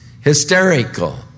hysterical